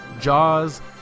Jaws